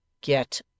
Get